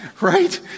Right